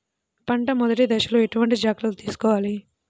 పంట మెదటి దశలో ఎటువంటి జాగ్రత్తలు తీసుకోవాలి?